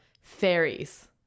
fairies